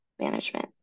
management